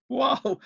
wow